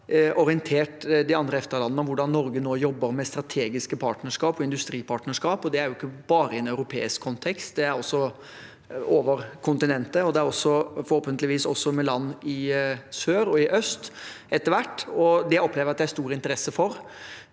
orientert de andre EFTA-landene om hvordan Norge nå jobber med strategiske partnerskap og industripartnerskap. Det er jo ikke bare i en europeisk kontekst, det er også over kontinentet, og det er forhåpentligvis etter hvert med land i sør og i øst. Det opplever jeg at det er stor interesse for.